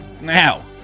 Now